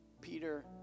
Peter